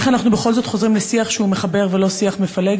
איך אנחנו בכל זאת חוזרים לשיח שהוא מחבר ולא שיח מפלג.